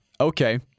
Okay